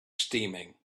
steaming